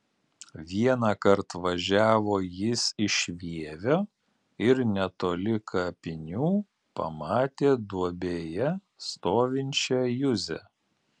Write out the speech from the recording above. vienąkart važiavo jis iš vievio ir netoli kapinių pamatė duobėje stovinčią juzę